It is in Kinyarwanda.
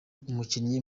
umukinnyi